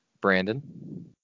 Brandon